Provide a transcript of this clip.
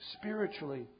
spiritually